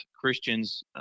Christians